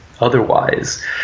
otherwise